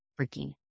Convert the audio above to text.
freaking